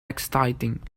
exciting